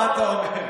מה אתה אומר?